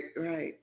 right